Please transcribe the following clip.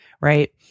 right